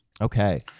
Okay